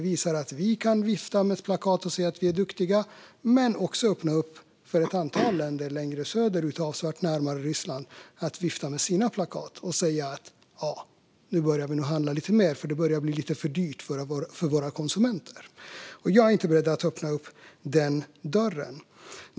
Vi kan vifta med plakat och säga att vi är duktiga, men det kan också öppna för ett antal länder längre söderut och avsevärt närmare Ryssland att vifta med sina plakat och i stället börja handla lite mer, för det börjar bli för dyrt för våra konsumenter. Vi har inte velat öppna den dörren.